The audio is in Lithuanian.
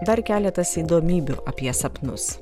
dar keletas įdomybių apie sapnus